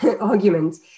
arguments